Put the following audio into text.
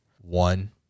One